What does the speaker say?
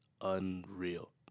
unreal